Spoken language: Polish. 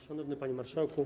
Szanowny Panie Marszałku!